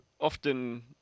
often